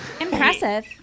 Impressive